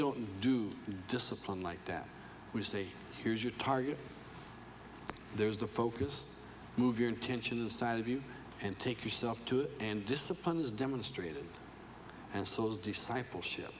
don't do discipline like that we say here's your target there's the focus move your intention inside of you and take yourself to it and discipline is demonstrated and so is discipleship